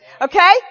Okay